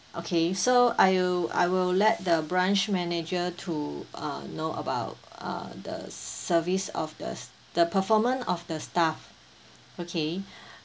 okay so I will I will let the branch manager to uh know about uh the service of the s~ the performance of the staff okay